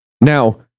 Now